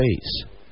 space